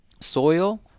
soil